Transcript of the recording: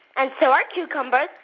and so are cucumbers,